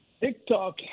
TikTok